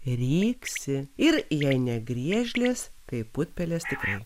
ryksi ir jei ne griežlės kaip putpelės tikrai